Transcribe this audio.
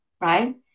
right